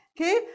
Okay